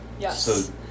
Yes